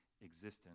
existence